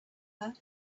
her